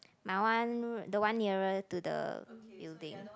my one the one nearer to the building